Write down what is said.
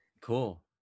cool